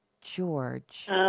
George